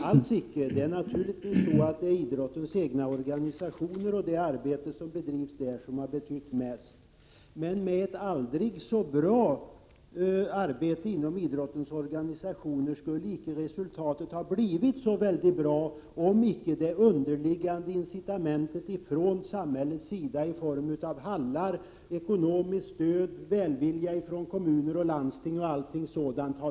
Nej, alls icke. Det är naturligtvis idrottens egna organisationer och det arbete som bedrivs där som har betytt mest. Men med ett aldrig så bra arbete inom idrottens organisationer skulle icke resultatet ha blivit så bra om inte det funnits ett incitament från samhällets sida i form av hallar, ekonomiskt stöd och välvilja från kommuner, landsting osv.